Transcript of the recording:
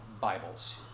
Bibles